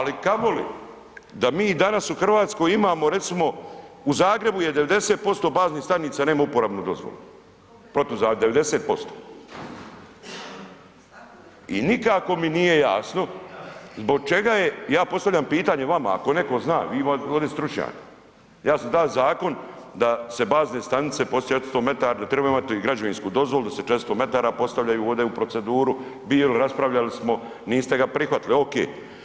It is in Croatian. Ali kamoli da mi danas u Hrvatskoj imamo, recimo u Zagrebu je 90% baznih stanica nema uporabnu dozvolu, 90% i nikako mi nije jasno, ja postavljam pitanje vama ako neko zna ima ovdje stručnjaka, ja sam da zakon da se bazne stanice postave 400 metara, da trebamo imati građevinsku dozvolu, da se 400 metara postavljaju ovde u proceduru, bilo je, raspravljali smo, niste ga prihvatili, ok.